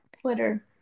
Twitter